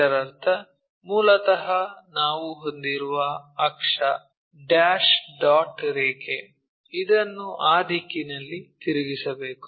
ಇದರರ್ಥ ಮೂಲತಃ ನಾವು ಹೊಂದಿರುವ ಅಕ್ಷ ಡ್ಯಾಶ್ ಡಾಟ್ ರೇಖೆ ಇದನ್ನು ಆ ದಿಕ್ಕಿನಲ್ಲಿ ತಿರುಗಿಸಬೇಕು